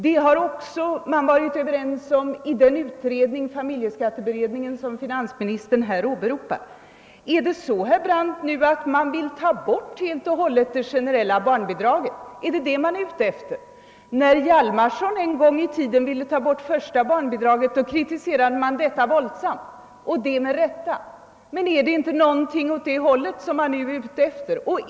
Det har man också varit ense om i den utredning — familjeskatteberedningen — som finansministern åberopar. Vill man nu, herr Brandt, helt och hållet ta bort det generella barnbidraget? Är det vad man är ute efter? När herr Hjalmarson en gång i tiden ville slopa barnbidraget för det första barnet kritiserades hans förslag våldsamt och det med all rätt. Men är det inte någonting åt det hållet som man nu är ute efter?